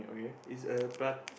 it's a prat~